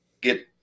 get